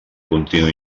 continu